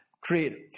created